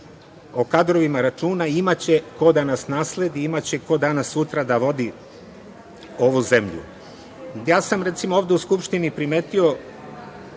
o kadrovima računa, imaće ko da nas nasledi, imaće ko danas-sutra da vodi ovu zemlju. Ja sam, recimo, ovde u Skupštini primetio